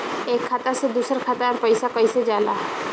एक खाता से दूसर खाता मे पैसा कईसे जाला?